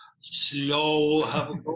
slow